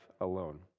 alone